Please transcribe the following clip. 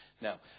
Now